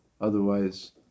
Otherwise